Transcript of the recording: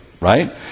Right